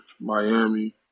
miami